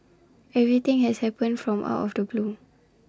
everything has happened from out of the blue